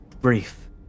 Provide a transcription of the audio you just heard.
brief